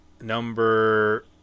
number